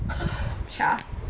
啥